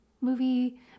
movie